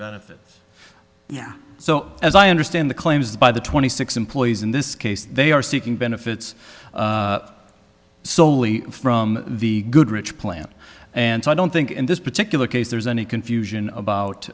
benefit yeah so as i understand the claims by the twenty six employees in this case they are seeking benefits solely from the goodrich plant and so i don't think in this particular case there's any confusion about